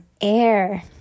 air